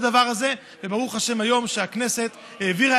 כל השיטות האלה לא עזרו בעבר והן לא יעזרו.